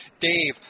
Dave